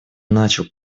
начал